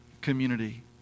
community